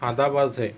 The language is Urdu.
آداب عرض ہے